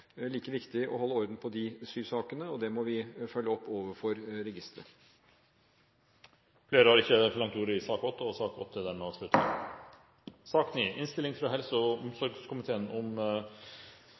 like viktig å holde orden på de sysakene, og det må vi følge opp overfor registeret. Flere har ikke bedt om ordet til sak nr. 8. Etter ønske fra helse- og